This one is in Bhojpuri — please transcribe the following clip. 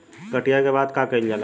कटिया के बाद का कइल जाला?